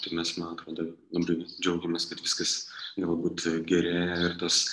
čia mes man atrodo labai džiaugiamės kad viskas galbūt gerėja ir tas